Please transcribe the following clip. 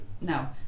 No